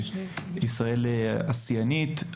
שישראל השיאנית.